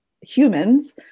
humans